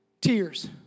tears